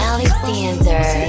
Alexander